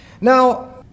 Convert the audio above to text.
Now